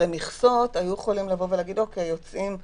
הרי מכסות היו יכולים להגיד: יוצאים 400,